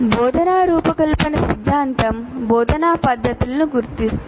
బోధనా రూపకల్పన సిద్ధాంతం బోధనా పద్ధతులను గుర్తిస్తుంది